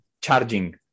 charging